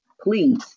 Please